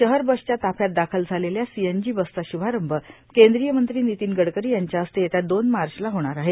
शहर बसच्या ताप्यात दाखल झालेल्या सीएनजी बसचा श्रभारंभ केंद्रीय मंत्री नितीन गडकरी यांच्या हस्ते येत्या दोन मार्चला होणार आहे